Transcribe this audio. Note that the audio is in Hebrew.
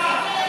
ההצעה